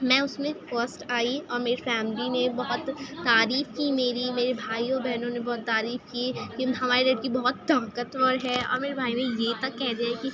میں اس میں فرسٹ آئی اور میری فیملی نے بہت تعریف کی میری میرے بھائیو بہنوں نے بہت تعریف کی کہ ہماری لڑکی بہت طاقتور ہے اور میرے بھائی یہ تک کہہ دیا کہ